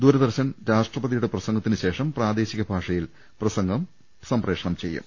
ദൂരദർശൻ രാഷ്ട്രപതി യുടെ പ്രസംഗത്തിന് ശേഷം പ്രാദേശിക ഭാഷയിൽ പ്രസംഗം സംപ്രേ ക്ഷണം ചെയ്യും